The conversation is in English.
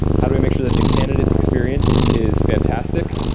how do we make sure that the candidate experience is fantastic?